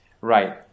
right